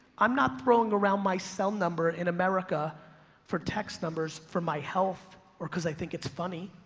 i'm not throwing around my cell number in america for text numbers for my health or cause i think it's funny.